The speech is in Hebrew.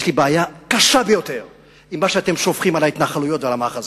יש לי בעיה קשה ביותר עם מה שאתם שופכים על ההתנחלויות ועל המאחזים.